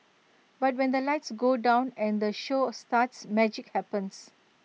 but when the lights go down and the show starts magic happens